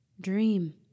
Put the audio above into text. Dream